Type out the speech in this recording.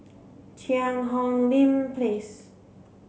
Cheang Hong Lim Place